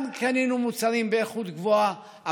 גם קנינו מוצרים באיכות גבוהה,